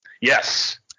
Yes